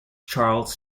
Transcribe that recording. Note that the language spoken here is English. charles